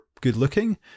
good-looking